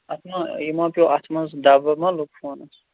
اَتھ ما یہِ ما پیوٚو اَتھٕ منٛز دب وب ما لوٚگ فونَس